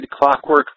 clockwork